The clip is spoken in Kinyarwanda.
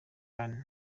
honey